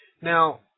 Now